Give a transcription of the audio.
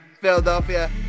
Philadelphia